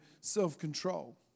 self-control